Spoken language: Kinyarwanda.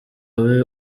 abe